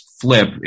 flip